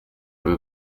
rero